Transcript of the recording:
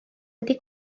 wedi